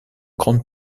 grande